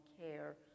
care